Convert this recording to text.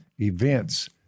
events